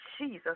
Jesus